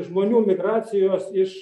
žmonių migracijos iš